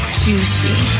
juicy